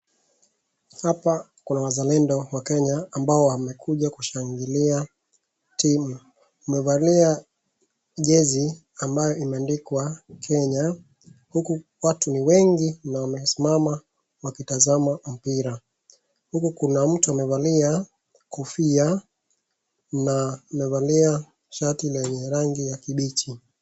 Hapa kuna wazalendo wakenya ambao wamekuja kushangilia timu, wamevalia jersey ambayo imeandikwa Kenya huku watu wengi na wamesimama wakitazama mpira huku kuna mtu amevalia kofia na amevalia shati yenye rangi ya kibichi.